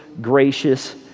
gracious